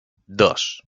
dos